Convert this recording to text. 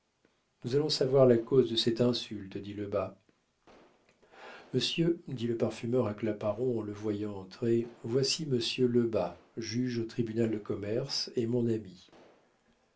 nous allons savoir la cause de cette insulte dit lebas monsieur dit le parfumeur à claparon en le voyant entrer voici monsieur lebas juge au tribunal de commerce et mon ami